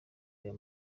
ayo